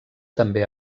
també